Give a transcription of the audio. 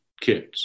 kids